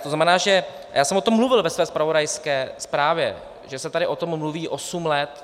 To znamená, já jsem o tom mluvil ve své zpravodajské zprávě, že se o tom mluví osm let.